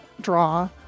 draw